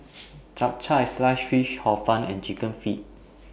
Chap Chai Siced Fish Hor Fun and Chicken Feet